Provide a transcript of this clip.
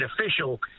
official